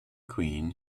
queen